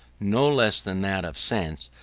no less than that of sense,